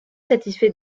satisfait